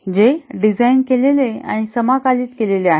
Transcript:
जे डिझाइन केलेले आणि समाकलित केलेले आहेत